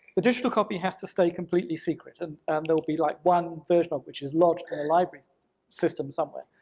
the digital copy has to stay completely secret, and and there will be like one version of it, which is lodged in a library system somewhere.